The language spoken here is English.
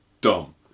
dumb